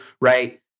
right